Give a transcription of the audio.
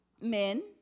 men